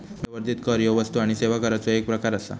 मूल्यवर्धित कर ह्यो वस्तू आणि सेवा कराचो एक प्रकार आसा